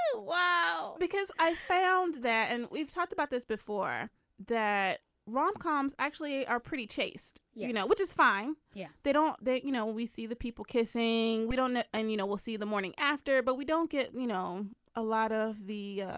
wow. because i found that and we've talked about this before that rom coms actually are pretty chaste. you you know what is fine. yeah. they don't you know we see the people kissing. we don't. and you know we'll see the morning after but we don't get you know a lot of the